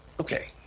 Okay